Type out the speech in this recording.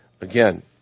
Again